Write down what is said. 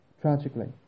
Tragically